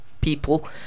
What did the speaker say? people